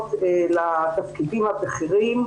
מגיעות לתפקידים הבכירים.